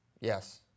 yes